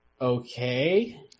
Okay